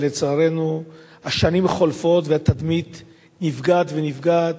ולצערנו השנים חולפות והתדמית נפגעת ונפגעת,